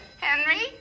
Henry